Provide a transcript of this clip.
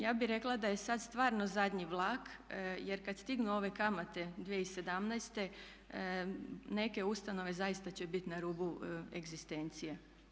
Ja bih rekla da je sad stvarno zadnji vlak, jer kad stignu ove kamate 2017. neke ustanove zaista će bit na rubu egzistencije.